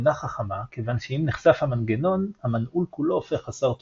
אינה חכמה כיוון שאם נחשף המנגנון המנעול כולו הופך לחסר תועלת.